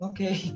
Okay